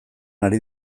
ari